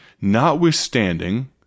notwithstanding